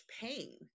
pain